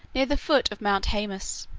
near the foot of mount haemus.